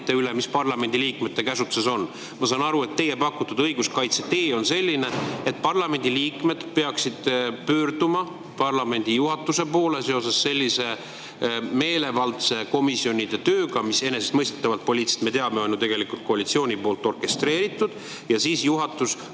mis parlamendi liikmete käsutuses on. Ma saan aru, et teie pakutud õiguskaitsetee on selline, et parlamendi liikmed peaksid pöörduma parlamendi juhatuse poole seoses komisjonide meelevaldse tööga, mis enesestmõistetavalt on, nagu me teame, tegelikult koalitsiooni poolt poliitiliselt orkestreeritud. Kas siis juhatus